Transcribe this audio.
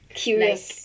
curious